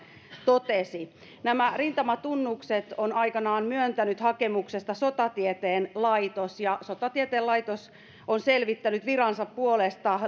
totesi nämä rintamatunnukset on aikanaan myöntänyt hakemuksesta sotatieteen laitos ja sotatieteen laitos on selvittänyt virkansa puolesta